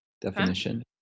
Definition